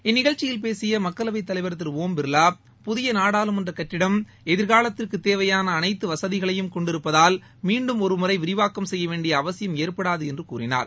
இந்நிகழ்ச்சியில் பேசிய மக்களவைத் தலைவர் திரு ஒம் பிர்வா புதிய நாடாளுமன்ற கட்டிடம் எதிர்காலத்திற்கு தேவையான அனைத்து வசதிகளையும் கொண்டிருப்பதால் மீண்டும் ஒருமுறை விரிவாக்கம் செய்ய வேண்டிய அவசியம் ஏற்படாது என்று கூறினார்